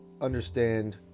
understand